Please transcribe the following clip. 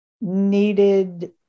needed